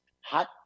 Hot